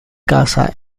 casa